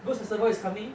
ghost festival is coming